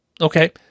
okay